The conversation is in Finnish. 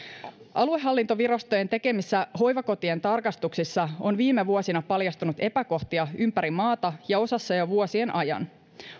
aluehallintovirastojen tekemissä hoivakotien tarkastuksissa on viime vuosina paljastunut epäkohtia ympäri maata ja osassa jo vuosien ajan